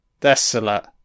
Desolate